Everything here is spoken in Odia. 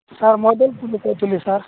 ସାର୍ ମଦନପୁର୍ରୁ କହୁଥିଲି ସାର୍